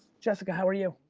jessica, how are you?